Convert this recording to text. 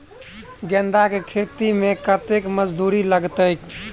गेंदा केँ खेती मे कतेक मजदूरी लगतैक?